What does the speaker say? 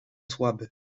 słaby